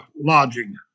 Lodging